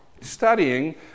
studying